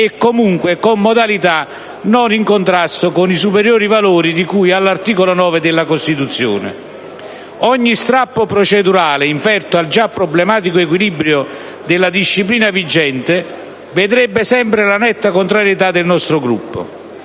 e comunque con modalità non in contrasto con i superiori valori di cui all'articolo 9 della Costituzione. Ogni strappo procedurale inferto al già problematico equilibrio della disciplina vigente vedrebbe sempre la netta contrarietà del nostro Gruppo.